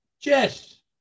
Yes